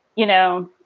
you know,